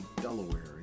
Delaware